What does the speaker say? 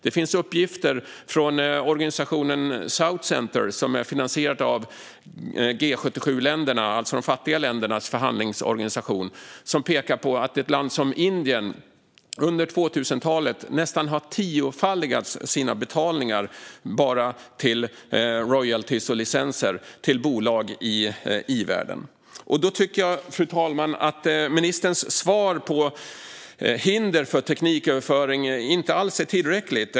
Det finns uppgifter från organisationen The South Centre - som är finansierad av G77-länderna och alltså är de fattiga ländernas förhandlingsorganisation - som pekar på att ett land som Indien under 2000-talet har nästan tiofaldigat sina betalningar gällande royaltyer och licenser till bolag i i-världen. Jag tycker därför, fru talman, att ministerns svar på frågan om hinder för tekniköverföring inte alls är tillräckligt.